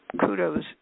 kudos